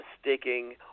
sticking